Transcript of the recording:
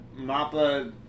MAPA